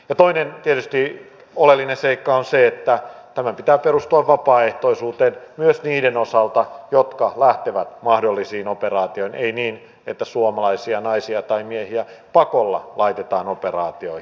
toinen tietysti oleellinen seikka on se että tämän pitää perustua vapaaehtoisuuteen myös niiden osalta jotka lähtevät mahdollisiin operaatioihin ei niin että suomalaisia naisia tai miehiä pakolla laitetaan operaatioihin